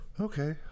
okay